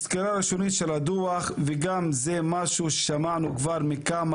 מסקירה ראשונית של הדוח וזה גם משהו ששמענו כבר בכמה